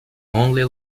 only